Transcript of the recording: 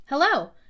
Hello